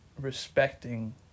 respecting